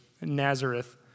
Nazareth